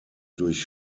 durch